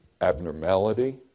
abnormality